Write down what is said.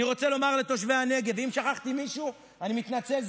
אם שכחתי מישהו אני מתנצל,